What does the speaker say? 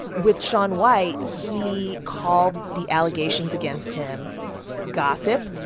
with shaun white, he called the allegations against him gossip,